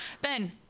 Ben